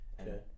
Okay